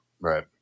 Right